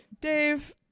Dave